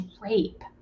rape